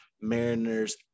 Mariners